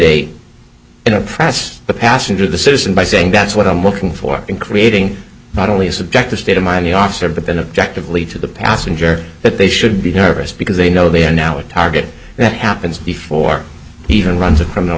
oppress the passenger of the citizen by saying that's what i'm looking for in creating not only a subjective state of mind the officer but then object of lead to the passenger that they should be nervous because they know they are now a target that happens before he even runs a criminal